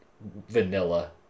vanilla